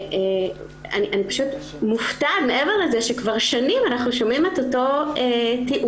ואני פשוט מופתעת מעבר לכך שכבר שנים אנחנו שומעים את אותו טיעון.